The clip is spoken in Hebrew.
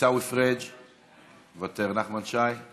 עיסאווי פריג' מוותר, נחמן שי;